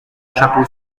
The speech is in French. chapeau